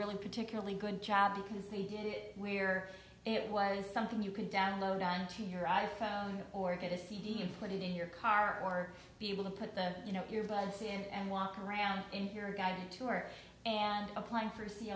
really particularly good job because they did it where it was something you can download onto your i phone or get a cd and put it in your car or be able to put the you know your buds and walk around in here a guided tour and apply for